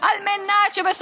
על מנת שיוכל לחיות פה,